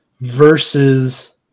versus